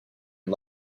and